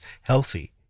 healthy